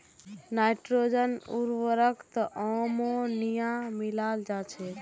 nitrogen उर्वरकत ammonia मिलाल जा छेक